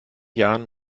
jahren